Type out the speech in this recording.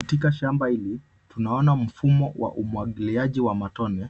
Katika shamba hili tunaona mfumo wa umwagiliaji wa matone,